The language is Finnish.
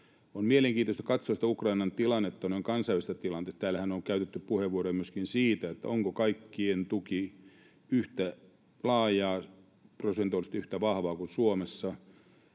On mielenkiintoista katsoa sitä Ukrainan tilannetta noin kansainvälisestä tilanteesta. Täällähän on käytetty puheenvuoroja myöskin siitä, onko kaikkien tuki yhtä laajaa tai prosentuaalisesti yhtä vahvaa kuin Suomessa,